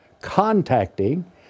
contacting